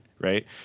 right